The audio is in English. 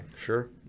sure